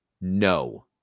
No